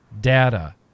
data